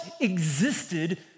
existed